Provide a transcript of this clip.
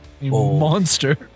monster